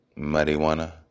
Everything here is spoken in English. marijuana